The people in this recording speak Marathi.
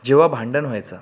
जेव्हा भांडण व्हायचं